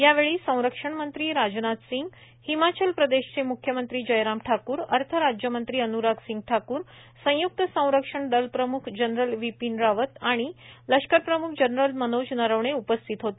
यावेळी संरक्षण मंत्री राजनाथ सिंग हिमाचल प्रदेशाचे म्ख्यमंत्री जयराम ठाकूर अर्थ राज्यमंत्री अन्राग सिंग ठाकूर संयुक्त संरक्षण दल प्रम्ख जनरल बिपीन रावत आणि लष्करप्रम्ख जनरल मनोज नरवणे उपस्थित होते